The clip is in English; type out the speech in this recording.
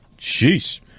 Jeez